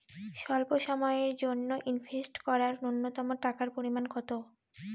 স্বল্প সময়ের জন্য ইনভেস্ট করার নূন্যতম টাকার পরিমাণ কত?